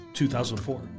2004